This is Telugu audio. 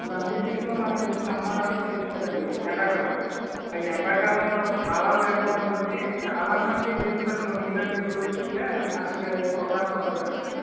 లంబసింగిలో మనకి సమ్మర్ అనేది తెలుసు కదండి ఎండాకాలం ఆ ఎండాకాలంలో చాలా వేడిగా ఉంటుంది చాలామంది విజిటర్లు మీలాంటి టూరిస్టులే అక్కడికి చూడటానికి వస్తారండి